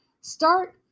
Start